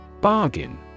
Bargain